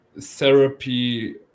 therapy